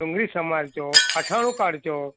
ડુંગળી સમારજો અથાણું કાઢજો